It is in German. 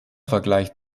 vergleicht